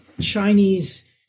Chinese